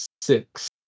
six